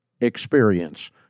experience